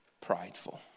prideful